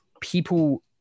people